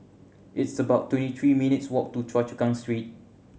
it's about twenty three minutes' walk to Choa Chu Kang Street